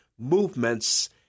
Movements